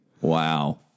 Wow